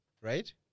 Right